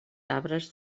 arbres